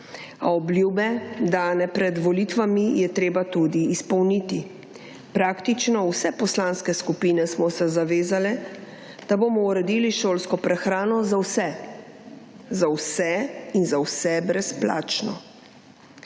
obljube dane pred volitvami je treba tudi izpolniti. Praktično vse poslanske skupine smo se zavezale, da bomo uredili šolsko prehrano za vse, za vse in za vse brezplačno.